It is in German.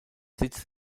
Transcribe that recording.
sitz